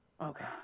Okay